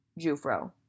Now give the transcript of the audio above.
Jufro